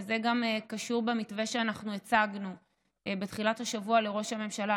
וזה גם קשור במתווה שאנחנו הצגנו בתחילת השבוע לראש הממשלה,